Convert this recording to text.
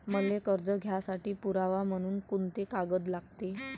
मले कर्ज घ्यासाठी पुरावा म्हनून कुंते कागद लागते?